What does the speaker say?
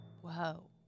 Whoa